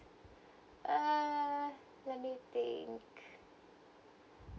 uh let me think